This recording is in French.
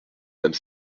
mme